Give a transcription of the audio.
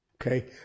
Okay